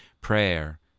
Prayer